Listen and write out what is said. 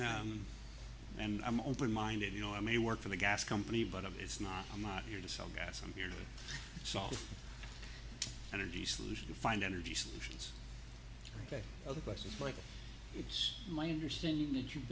t and i'm open minded you know i may work for the gas company but of it's not i'm not here to sell gas i'm here to solve energy solution to find energy solutions that other questions like it's my understanding that you've